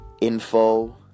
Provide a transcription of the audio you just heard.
info